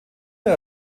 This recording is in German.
der